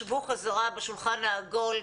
שבו חזרה בשולחן העגול,